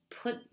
put